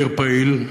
מאיר פעיל,